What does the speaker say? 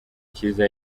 cyiza